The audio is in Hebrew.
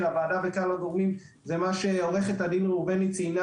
הוועדה וכלל הגורמים למה שעו"ד ראובני ציינה,